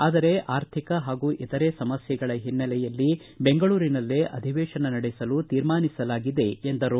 ಆದರೆ ಆರ್ಥಿಕ ಹಾಗು ಇತರೆ ಸಮಸ್ಥೆಗಳ ಹಿನ್ನಲೆಯಲ್ಲಿ ಬೆಂಗಳೂರಿನಲ್ಲಿ ಅಧಿವೇಶನ ನಡೆಸಲು ತೀರ್ಮಾನಿಸಲಾಗಿದೆ ಎಂದರು